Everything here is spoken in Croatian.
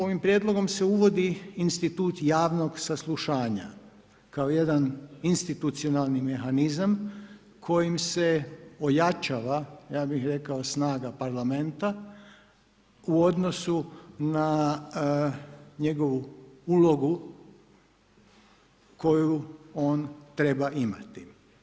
Ovim prijedlogom se uvodi institut javnog saslušanja kao jedan institucionalni mehanizam kojim se ojačava ja bih rekao snaga Parlamenta u odnosu na njegovu ulogu koju on treba imati.